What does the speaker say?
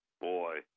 Boy